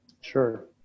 Sure